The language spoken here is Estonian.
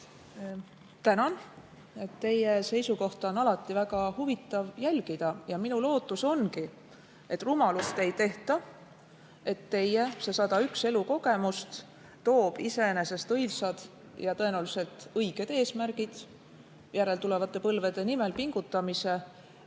Tänan! Teie seisukohta on alati väga huvitav jälgida. Minu lootus ongi, et rumalust ei tehta, et teie 101 elukogemust toovad need iseenesest õilsad ja tõenäoliselt õiged eesmärgid, järeltulevate põlvede nimel pingutamise